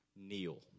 kneel